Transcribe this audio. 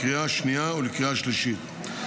לקריאה השנייה ולקריאה השלישית.